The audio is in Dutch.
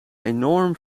enorm